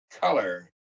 color